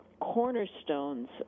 cornerstones